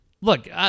Look